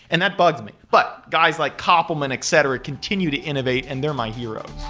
and that bugs me. but guys like kopelman, etc, continue to innovate, and they're my heroes.